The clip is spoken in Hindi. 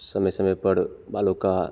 समय समय पर बालों का